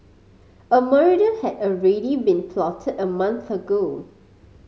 a murder had already been plotted a month ago